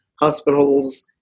hospitals